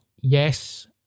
Yes